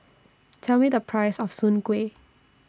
Tell Me The Price of Soon Kway